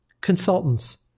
Consultants